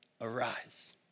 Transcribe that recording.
arise